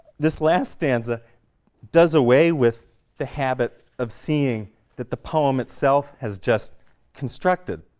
this last stanza does away with the habit of seeing that the poem itself has just constructed,